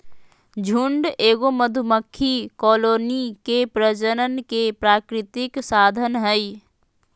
झुंड एगो मधुमक्खी कॉलोनी के प्रजनन के प्राकृतिक साधन हइ